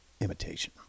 imitation